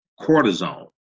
cortisone